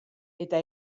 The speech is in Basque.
eta